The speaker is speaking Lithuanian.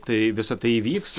tai visa tai įvyks